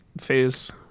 phase